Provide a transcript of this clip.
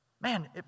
Man